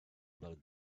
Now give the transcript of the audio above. about